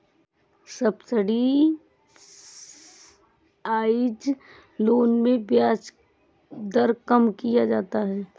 subsidised loan में ब्याज दर कम किया जाता है